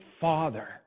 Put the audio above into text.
father